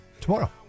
tomorrow